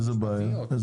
איזו בעיה?